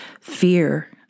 fear